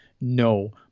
No